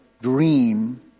dream